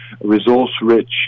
resource-rich